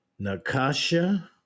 Nakasha